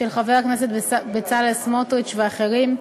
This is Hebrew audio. של חבר הכנסת בצלאל סמוטריץ ואחרים,